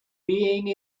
being